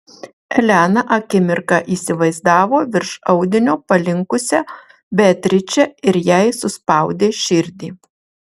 elena akimirką įsivaizdavo virš audinio palinkusią beatričę ir jai suspaudė širdį